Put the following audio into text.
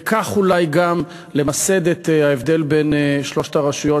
וכך אולי גם למסד את ההבדל בין שלוש הרשויות,